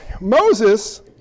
Moses